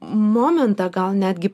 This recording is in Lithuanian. momentą gal netgi